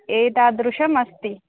एतादृशम् अस्ति